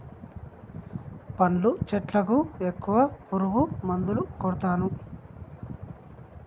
పండ్ల చెట్లకు ఎక్కువ పురుగు మందులు కొడుతాన్రు